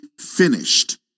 finished